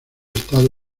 estado